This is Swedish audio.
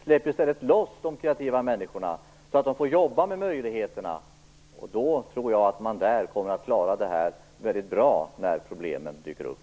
Släpp i stället loss de kreativa människorna, så att de får jobba med möjligheterna! Om så sker tror jag att man kommer att klara sina uppgifter väldigt bra när problem dyker upp.